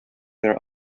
their